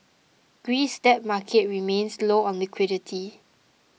Greece's debt market remains low on liquidity